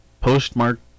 postmark